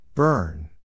Burn